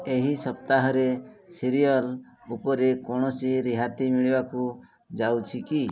ଏହି ସପ୍ତାହରେ ସିରିଅଲ୍ ଉପରେ କୌଣସି ରିହାତି ମିଳିବାକୁ ଯାଉଛି କି